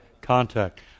contact